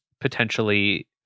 potentially